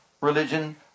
religion